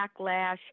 Backlash